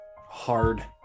hard